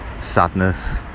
Sadness